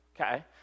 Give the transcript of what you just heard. Okay